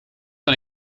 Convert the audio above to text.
ben